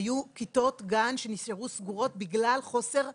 היו כיתות גן שנשארו סגורות בגלל חוסר בצוות.